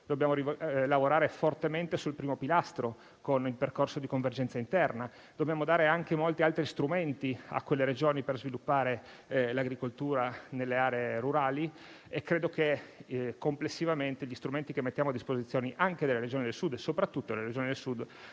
dobbiamo lavorare fortemente sul primo pilastro con il percorso di convergenza interna; dobbiamo dare anche molti altri strumenti a quelle Regioni per sviluppare l'agricoltura nelle aree rurali e credo che complessivamente gli strumenti che mettiamo a disposizione, anche e soprattutto delle Regioni del Sud,